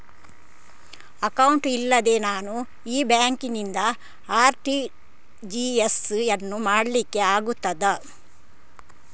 Account ಇಲ್ಲದೆ ನಾನು ಈ ಬ್ಯಾಂಕ್ ನಿಂದ ಆರ್.ಟಿ.ಜಿ.ಎಸ್ ಯನ್ನು ಮಾಡ್ಲಿಕೆ ಆಗುತ್ತದ?